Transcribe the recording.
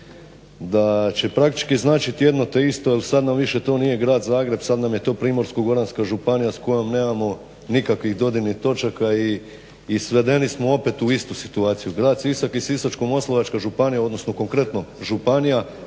da će praktički značiti jedno te isto jer sad nam to više nije grad Zagreb sad nam je to Primorsko-goranska županija s kojom nemamo nikakvih dodirnih točaka i svedeni smo opet u istu situaciju. Grad Sisak i Sisačko-moslavačka županija, odnosno konkretno županija